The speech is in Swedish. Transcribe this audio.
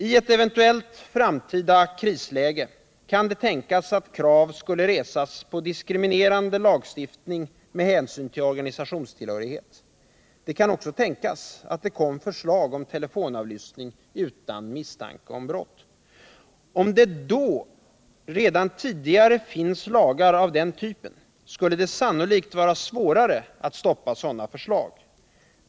I ett eventuellt framtida krisläge kan det tänkas att krav reses på diskriminerande lagstiftning med hänsyn till organisationstillhörighet. Det kan också tänkas att det framläggs förslag om telefonavlyssning utan misstanke om brott. Om det då redan tidigare finns lagar av den typen, skulle det sannolikt vara svårare att stoppa sådana förslag.